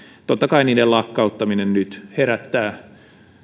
totta kai niiden lakkauttaminen nyt herättää